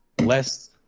less